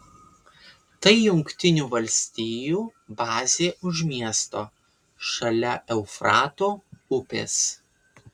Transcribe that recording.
tai jungtinių valstijų bazė už miesto šalia eufrato upės